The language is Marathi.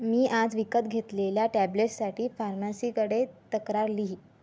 मी आज विकत घेतलेल्या टॅब्लेससाठी फार्मासीकडे तक्रार लिही